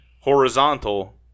horizontal